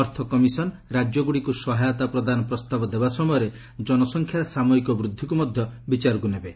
ଅର୍ଥ କମିଶନ୍ ରାଜ୍ୟଗୁଡ଼ିକୁ ସହାୟତା ପ୍ରଦନା ପ୍ରସ୍ତାବ ଦେବା ସମୟରେ ଜନସଂଖ୍ୟାର ସାମୟିକ ବୃଦ୍ଧିକୁ ମଧ୍ୟ ବିଚାରକୁ ନେବେ